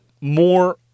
more